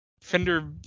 Fender